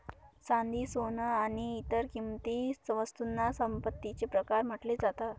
चांदी, सोन आणि इतर किंमती वस्तूंना संपत्तीचे प्रकार म्हटले जातात